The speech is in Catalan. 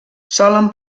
solen